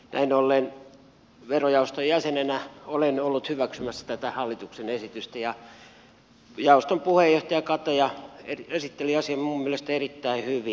näin ollen verojaoston jäsenenä olen ollut hyväksymässä tätä hallituksen esitystä ja jaoston puheenjohtaja kataja esitteli asian minun mielestäni erittäin hyvin